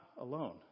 alone